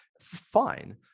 Fine